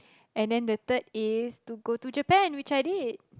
and then the third is to go to Japan which I did